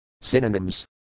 Synonyms